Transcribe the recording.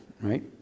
right